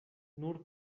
nur